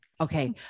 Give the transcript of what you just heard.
Okay